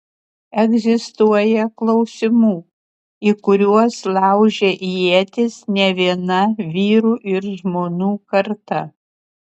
egzistuoja klausimų į kuriuos laužė ietis ne viena vyrų ir žmonų karta